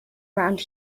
around